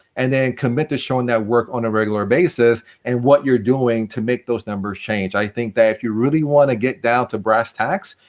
and and commit to showing that work on a regular basis and what you're doing to make those numbers change. i think if you really want to get down to brass tacks,